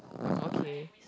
okay